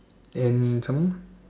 and some more